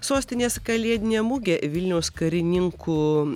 sostinės kalėdinė mugė vilniaus karininkų